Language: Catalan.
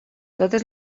totes